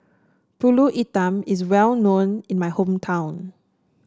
pulut hitam is well known in my hometown